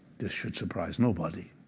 this should surprise nobody.